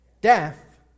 death